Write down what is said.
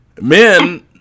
Men